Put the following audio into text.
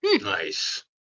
Nice